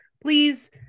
please